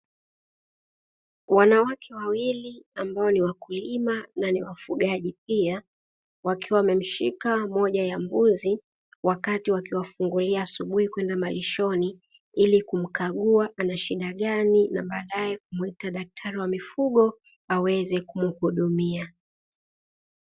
Wanawake wawili ambao ni wakulima na ni wafugaji pia, wakiwa wamemshika mmoja ya mbuzi wakati wakiwafungulia asubuhi kwenda malishoni, ili kumkagua ana shida gani na baadae kumuita daktari wa mifugo aweze kumuhudumia.